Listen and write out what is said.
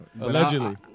Allegedly